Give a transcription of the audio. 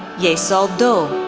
yesol do,